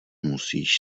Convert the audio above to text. musíš